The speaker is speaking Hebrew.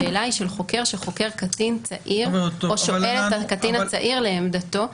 השאלה היא של חוקר שחוקר קטין צעיר או שואל את הקטין הצעיר לעמדתו.